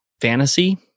fantasy